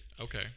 Okay